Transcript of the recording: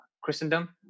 Christendom